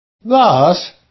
Thus